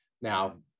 Now